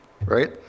right